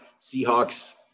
Seahawks